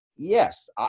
Yes